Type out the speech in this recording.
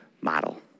model